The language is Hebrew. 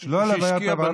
יש פה מישהו שהשקיע בנאום.